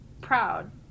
proud